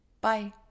Bye